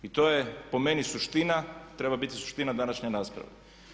I to je po meni suština, treba biti suština današnje rasprave.